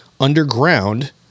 underground